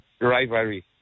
rivalry